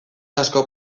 asko